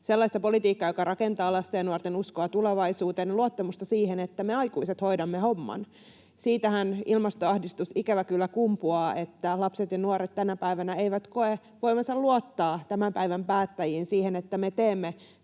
sellaista politiikkaa, joka rakentaa lasten ja nuorten uskoa tulevaisuuteen ja luottamusta siihen, että me aikuiset hoidamme homman. Siitähän ilmastoahdistus ikävä kyllä kumpuaa, että lapset ja nuoret tänä päivänä eivät koe voivansa luottaa tämän päivän päättäjiin, siihen, että me teemme